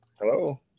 Hello